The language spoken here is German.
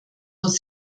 muss